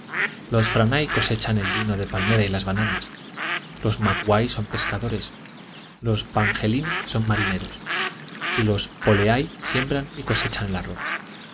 los franai cosechan el vino de palmera y las bananas los macuai son pescadores los pangelini son marineros y los poleai siembran y cosechan el arroz